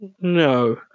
no